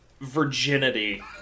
virginity